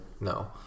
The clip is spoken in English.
No